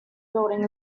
building